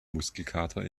muskelkater